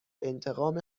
انتقام